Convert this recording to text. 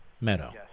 Meadow